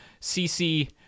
CC